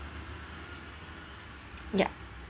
yup